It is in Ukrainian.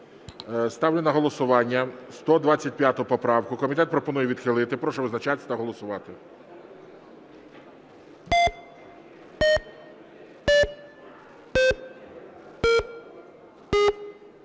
Ставлю на голосування 125 поправку. Комітет пропонує відхилити. Прошу визначатися та голосувати.